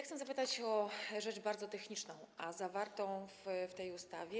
Chcę zapytać o rzecz bardzo techniczną, a zawartą w tej ustawie.